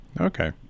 Okay